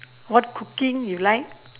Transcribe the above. what cooking you like